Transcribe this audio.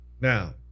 now